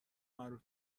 مربوط